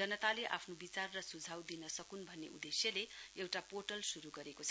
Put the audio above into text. जनताले आफ्नो विचार र सुझाउ दिन सकुन् भन्ने उददेश्यले एउटा पोर्टल शुरू गरेको छ